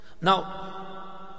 Now